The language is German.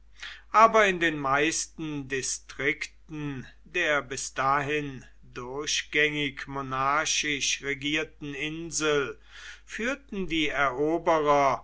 aber in den meisten distrikten der bis dahin durchgängig monarchisch regierten insel führten die eroberer